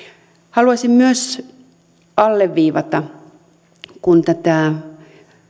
haluaisin myös alleviivata kun tätä